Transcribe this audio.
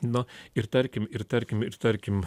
no ir tarkim ir tarkim ir tarkim